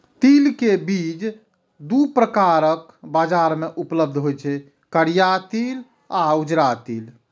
तिल के बीज दू प्रकारक बाजार मे उपलब्ध होइ छै, करिया तिल आ उजरा तिल